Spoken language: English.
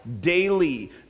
daily